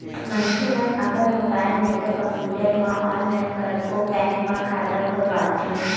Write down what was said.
मनखे मन अपन मोबाईल नइते कम्प्यूटर म ऑनलाईन कतको बेंक म खाता खोलवाथे